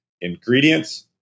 ingredients